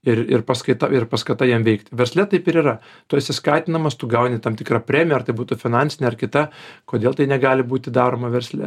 ir ir paskaita ir paskata jiem veikt versle taip ir yra tu esi skatinamas tu gauni tam tikrą premiją ar tai būtų finansinė ar kita kodėl tai negali būti daroma versle